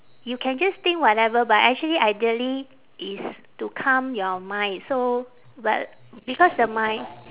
you can just think whatever but actually ideally is to calm your mind so but because the mind